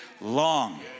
long